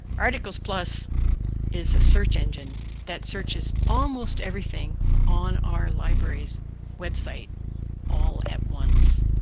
articles plus is a search engine that searches almost everything on our libraries' website all at once.